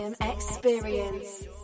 experience